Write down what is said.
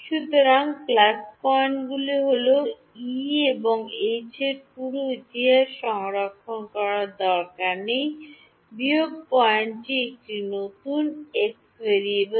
সুতরাং প্লাস পয়েন্টটি হল ই এবং এইচ এর পুরো ইতিহাস সংরক্ষণ করার দরকার নেই এবং বিয়োগ পয়েন্টটি একটি নতুন ভেরিয়েবল